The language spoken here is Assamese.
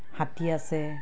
হাতী আছে